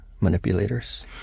manipulators